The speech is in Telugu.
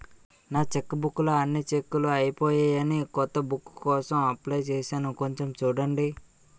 నా చెక్బుక్ లో అన్ని చెక్కులూ అయిపోయాయని కొత్త బుక్ కోసం అప్లై చేసాను కొంచెం చూడండి